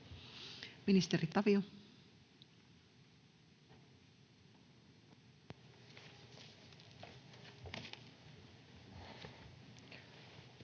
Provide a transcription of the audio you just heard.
Ministeri Tavio.